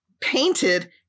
painted